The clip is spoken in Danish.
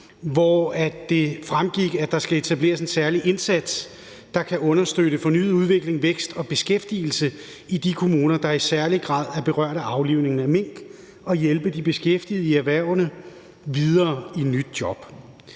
hvor det fremgik, at der skal etableres en særlig indsats, der kan understøtte fornyet udvikling, vækst og beskæftigelse i de kommuner, der i særlig grad er berørt af aflivningen af mink, og hjælpe de beskæftigede i erhvervene videre i nyt job.